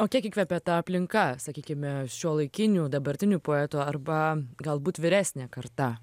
o kiek įkvepia ta aplinka sakykime šiuolaikinių dabartinių poetų arba galbūt vyresnė karta